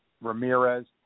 Ramirez